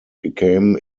became